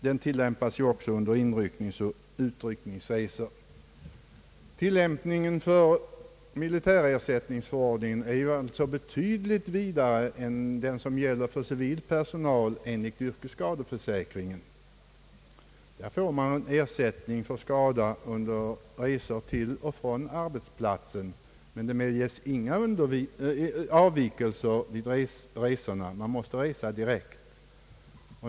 Den tillämpas ju också under inryckningsoch utryckningsresor. Militärersättningsförordningens = tilllämpning är också betydligt vidare än yrkesskadeförsäkringens = tillämpning beträffande civil personal. Enligt yrkesskadeförsäkringen får man ersättning för skada under resa till och från arbetsplatsen. Inga avvikelser vid resorna medges, utan man måste resa direkt.